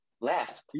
left